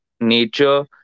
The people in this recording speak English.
nature